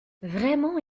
vraiment